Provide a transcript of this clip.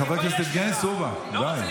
חבר הכנסת יבגני סובה, די.